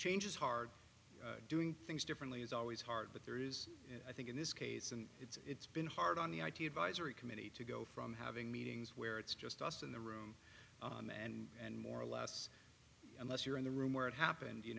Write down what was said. change is hard doing things differently is always hard but there is i think in this case and it's been hard on the i t advisory committee to go from having meetings where it's just dust in the room and more or less unless you're in the room where it happened you